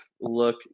look